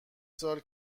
ساله